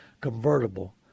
convertible